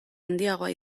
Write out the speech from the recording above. handiagoa